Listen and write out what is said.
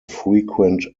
frequent